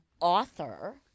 author